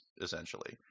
essentially